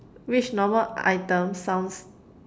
which normal item sounds